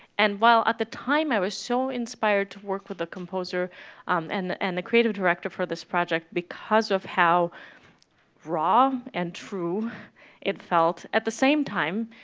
and while at the time i was so inspired to work with the composer um and and the creative director for this project because of how raw and true it felt, at the same time,